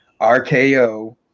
RKO